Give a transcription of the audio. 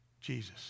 Jesus